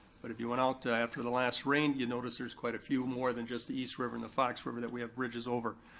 but if you went out after the last rain, you notice there's quite a few more than just the east river and the fox river that we have bridges over.